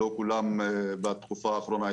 לא כולם התקבלו בתקופה האחרונה.